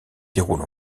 déroule